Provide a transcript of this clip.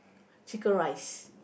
chicken rice